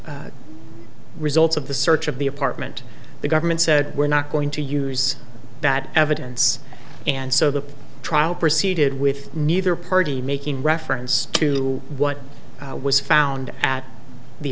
results of the search of the apartment the government said we're not going to use that evidence and so the trial proceeded with neither party making reference to what was found at the